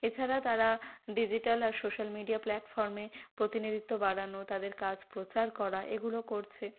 এছাড়া তারা ডিজিটাল আর সোশ্যাল মিডিয়া প্ল্যাটফর্মে প্রতিনিধিত্ব বাড়ানো তাদের কাজ প্রচার করা এগুলো করছে